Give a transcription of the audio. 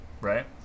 right